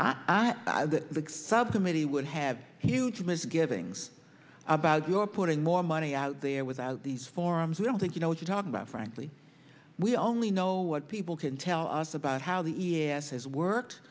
the subcommittee would have huge misgivings about your putting more money out there without these forums we don't think you know what you're talking about frankly we only know what people can tell us about how the e s a is work